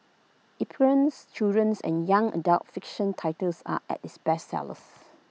epigram's childrens and young adult fiction titles are its bestsellers